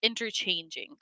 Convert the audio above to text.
interchanging